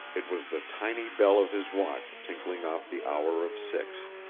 it was the tiny bell of his watch tinkling off the hour of six!